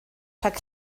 rhag